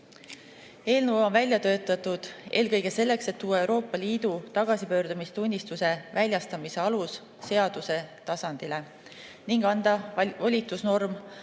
Eelnõu on välja töötatud eelkõige selleks, et tuua Euroopa Liidu tagasipöördumistunnistuse väljastamise alus seaduse tasandile ning anda volitusnorm